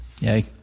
Yay